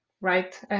Right